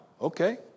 okay